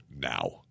now